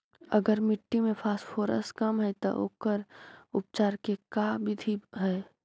अगर मट्टी में फास्फोरस कम है त ओकर उपचार के का बिधि है?